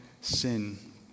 sin